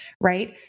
right